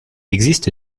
existe